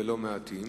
ולא מעטים,